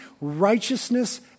righteousness